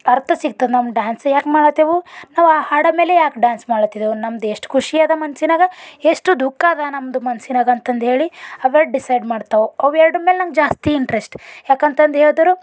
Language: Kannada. ಅರ್ಥ ಸಿಗ್ತದೆ ನಮ್ಮ ಡಾನ್ಸೇ ಯಾಕೆ ಮಾಡತ್ತೇವು ನಾವು ಹಾಡು ಆದಮೇಲೆ ಯಾಕೆ ಡಾನ್ಸ್ ಮಾಡ್ಲತ್ತಿದೆವು ನಮ್ದು ಎಷ್ಟು ಖುಷಿ ಅದ ಮನಸ್ಸಿನಾಗ ಎಷ್ಟು ದುಃಖ ಅದ ನಮ್ಮದು ಮನಸ್ಸಿನಾಗ ಅಂತಂದು ಹೇಳಿ ಅವೆರಡು ಡಿಸೈಡ್ ಮಾಡ್ತಾವ ಅವೆರಡರ ಮೇಲೆ ನನ್ಗೆ ಜಾಸ್ತಿ ಇಂಟ್ರೆಸ್ಟ್ ಯಾಕಂತಂದು ಹೇಳಿದ್ರೆ